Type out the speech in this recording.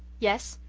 yes.